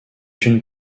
une